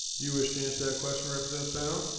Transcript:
do you wish to answer that question representative? and